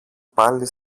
πάλι